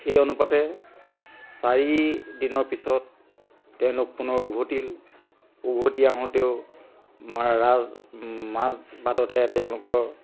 সেই অনুপাতে চাৰিদিনৰ পিছত তেওঁলোক পুনৰ উভতিল উভতি আহোঁতেও মাৰা ৰাজ মাজ বাটতে তেওঁলোকৰ